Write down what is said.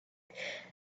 thought